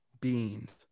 beans